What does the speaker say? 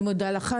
אני מודה לך.